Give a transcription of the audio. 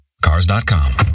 Cars.com